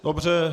Dobře.